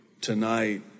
tonight